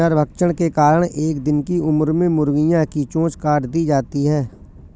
नरभक्षण के कारण एक दिन की उम्र में मुर्गियां की चोंच काट दी जाती हैं